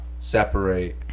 separate